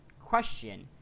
question